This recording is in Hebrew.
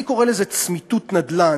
אני קורא לזה צמיתות נדל"ן,